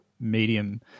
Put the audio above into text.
medium